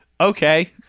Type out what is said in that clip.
Okay